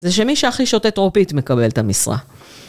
זה שמי שהכי שותה טרופית מקבל את המשרה.